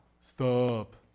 Stop